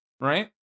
Right